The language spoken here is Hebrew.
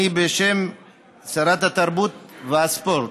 אני, בשם שרת התרבות והספורט,